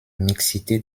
mixité